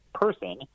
person